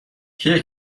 کیه